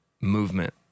movement